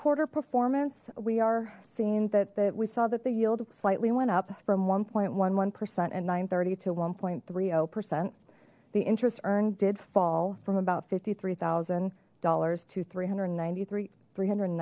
quarter performance we are seeing that that we saw that the yield slightly went up from one point one one percent at nine thirty to one thirty percent the interest earned did fall from about fifty three thousand dollars to three hundred and ninety three three hundred and